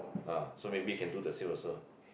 ah so maybe you can do the same also